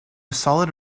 solid